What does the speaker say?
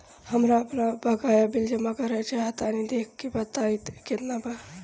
हमरा आपन बाकया बिल जमा करल चाह तनि देखऽ के बा ताई केतना बाकि बा?